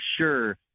sure